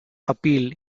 appeal